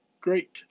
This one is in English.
great